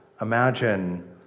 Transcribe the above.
imagine